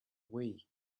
wii